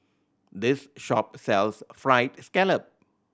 this shop sells Fried Scallop